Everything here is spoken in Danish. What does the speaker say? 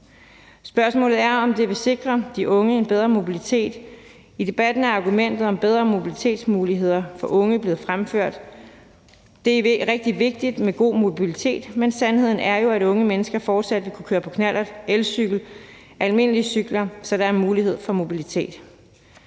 Spørgsmålet er, om det vil sikre de unge en bedre mobilitet. I debatten er argumentet om bedre mobilitetsmuligheder for unge blevet fremført. Det er rigtig vigtigt med god mobilitet, men sandheden er jo, at unge mennesker fortsat vil kunne køre på knallert, elcykel og almindelig cykel, så der er mulighed for mobilitet.